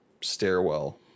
stairwell